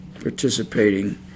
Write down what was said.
participating